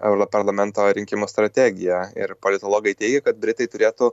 europarlamento rinkimų strategiją ir politologai teigia kad britai turėtų